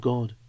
God